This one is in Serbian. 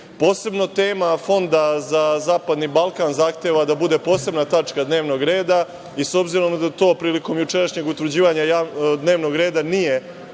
tema fonda za zapadni Balkan zahteva da bude posebna tačka dnevnog reda, i s obzirom da to prilikom jučerašnjeg utvrđivanja dnevnog reda nije